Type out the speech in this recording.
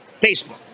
Facebook